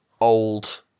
old